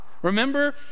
Remember